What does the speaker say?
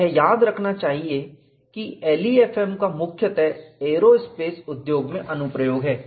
यह याद रखना चाहिए कि LEFM का मुख्यतः एयरोस्पेस उद्योग में अनुप्रयोग है